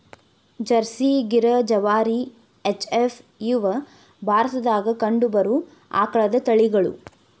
Jersey, Gir, ಜವಾರಿ, H F, ಇವ ಭಾರತದಾಗ ಕಂಡಬರು ಆಕಳದ ತಳಿಗಳು